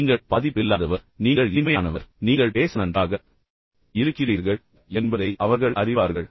நீங்கள் பாதிப்பில்லாதவர் நீங்கள் இனிமையானவர் நீங்கள் பேச நன்றாக இருக்கிறீர்கள் நீங்கள் எதையாவது மறைக்கவில்லை என்பதை அவர்கள் அறிவார்கள்